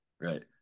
right